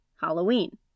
Halloween